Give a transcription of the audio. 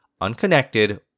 unconnected